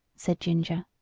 said ginger.